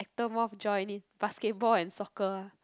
ectomorph join in basketball and soccer ah